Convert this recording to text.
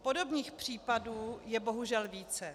Podobných případů je bohužel více.